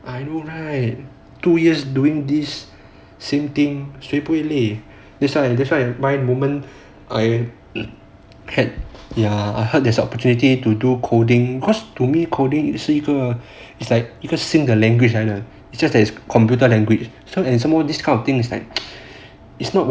I know right two years doing this same thing 谁不会累 that's why that's why my moment I had ya I heard there's a opportunity to do coding cause to me coding 也是一个 it's like 一个新的 language 来的 just that it's a computer language so and some more these kind of thing is like it's not o